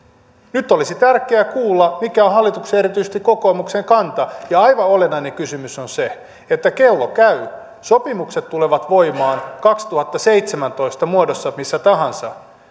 nyt olisi tärkeää kuulla mikä on hallituksen ja erityisesti kokoomuksen kanta aivan olennainen kysymys on se että kello käy sopimukset tulevat voimaan kaksituhattaseitsemäntoista muodossa missä tahansa